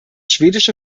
schwedische